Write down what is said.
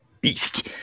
beast